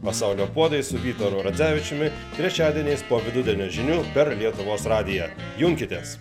pasaulio puodai su vytaru radzevičiumi trečiadieniais po vidudienio žinių per lietuvos radiją junkitės